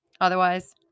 Otherwise